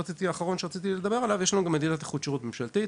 האחרון שרציתי לדבר עליו: יש לנו גם מדידות איכות שירות ממשלתית.